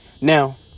Now